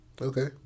Okay